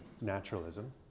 naturalism